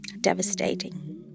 Devastating